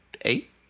eight